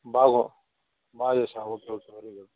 బాగు బాగా చేశావు ఓకే ఓకే వెరీ గుడ్